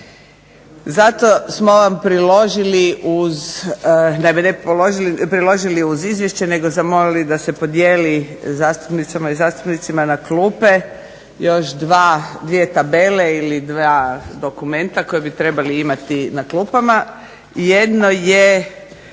Izvješće, ne priložili uz Izvješće nego zamolili da se podijeli zastupnicima i zastupnicama u klupe još dva dokumenta koji bi trebali imati na klupama. Jedno je